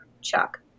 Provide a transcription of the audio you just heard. Chuck